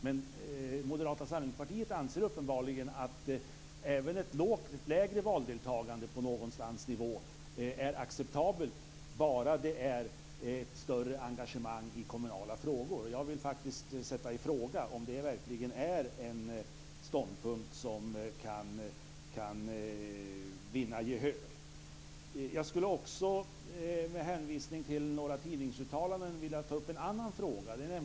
Men Moderata samlingspartiet anser uppenbarligen att även ett lägre valdeltagande på någon nivå är acceptabelt - bara det finns ett större engagemang i kommunala frågor. Jag vill faktiskt sätta i fråga om det verkligen är en ståndpunkt som kan vinna gehör. Jag vill också med hänvisning till några tidningsuttalanden ta upp en annan fråga.